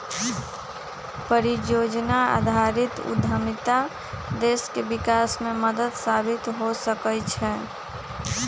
परिजोजना आधारित उद्यमिता देश के विकास में मदद साबित हो सकइ छै